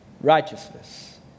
righteousness